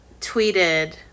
tweeted